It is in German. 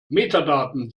metadaten